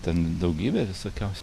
ten daugybė visokiausių